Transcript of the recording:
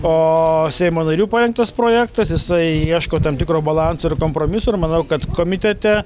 o seimo narių parengtas projektas jisai ieško tam tikro balanso ir kompromiso ir manau kad komitete